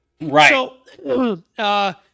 Right